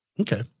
Okay